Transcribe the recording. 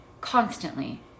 constantly